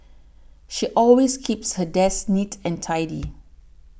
she always keeps her desk neat and tidy